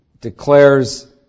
declares